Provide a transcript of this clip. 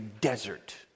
desert